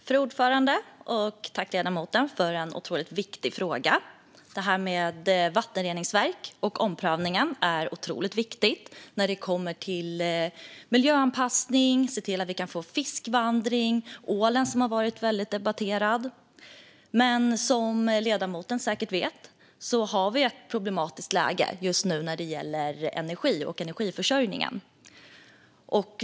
Fru talman! Jag tackar ledamoten för en otroligt viktig fråga. Detta med vattenreningsverk och omprövningen är otroligt viktigt när det gäller miljöanpassning och att se till att vi kan få fiskvandring - ålen har ju debatterats väldigt mycket. Som ledamoten säkert vet har vi ett problematiskt läge just nu när det gäller energi och energiförsörjning.